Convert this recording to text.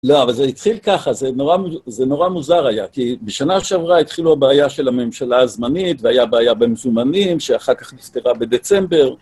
לא, אבל זה התחיל ככה, זה נורא מוזר היה, כי בשנה שעברה התחילו הבעיה של הממשלה הזמנית, והיה בעיה במזומנים, שאחר כך נסתרה בדצמבר.